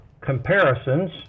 Comparisons